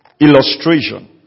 illustration